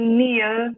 Neil